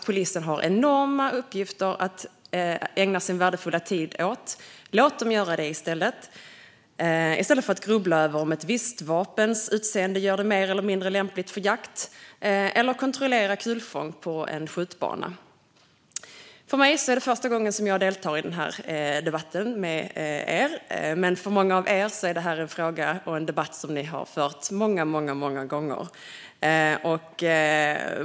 Polisen har enormt många uppgifter att ägna sin värdefulla tid åt. Låt dem göra det i stället för att grubbla över om ett visst vapens utseende gör det mer eller mindre lämpligt för jakt eller kontrollera kulfång på en skjutbana. För mig är det första gången jag deltar i den här debatten med er, men för många av er är det här en fråga som ni har debatterat många gånger.